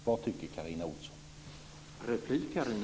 Vad tycker Carina Ohlsson?